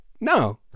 No